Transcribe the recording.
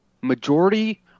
majority